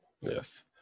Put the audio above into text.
yes